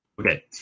Okay